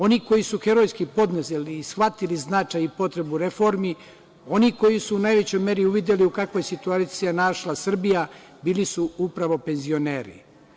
Oni koji su herojski preduzeli i shvatili značaj i potrebu reformi, oni koji su u najvećoj meri uvideli u kakvoj situaciji se našla Srbija, bili su upravo penzioneri.